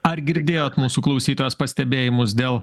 ar girdėjot mūsų klausytojos pastebėjimus dėl